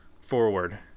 forward